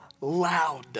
loud